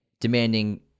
demanding